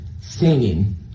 singing